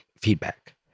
feedback